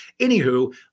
Anywho